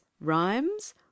rhymes